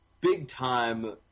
big-time